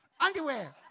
Underwear